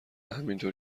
همینطور